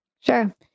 Sure